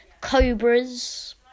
Cobras